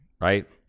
right